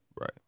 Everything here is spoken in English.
Right